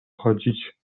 chodzić